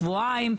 שבועיים.